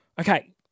Okay